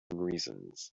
reasons